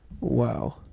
Wow